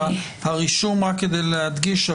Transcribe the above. רק כדי להדגיש,